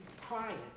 crying